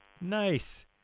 Nice